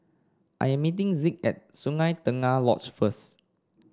I am meeting Zeke at Sungei Tengah Lodge first